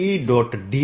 dlalong 121E